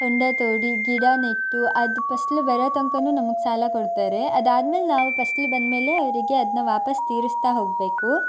ಹೊಂಡ ತೋಡಿ ಗಿಡ ನೆಟ್ಟು ಅದು ಫಸಲು ಬರೋತಂಕನೂ ನಮಗೆ ಸಾಲ ಕೊಡ್ತಾರೆ ಅದಾದ ಮೇಲೆ ನಾವು ಫಸಲು ಬಂದ ಮೇಲೆ ಅವರಿಗೆ ಅದನ್ನ ವಾಪಸ್ ತೀರಿಸ್ತಾ ಹೋಗಬೇಕು